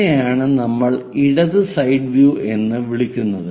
ഇതിനെയാണ് നമ്മൾ ഇടത് സൈഡ് വ്യൂ എന്ന് വിളിക്കുന്നത്